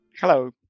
Hello